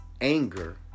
anger